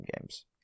games